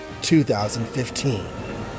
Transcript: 2015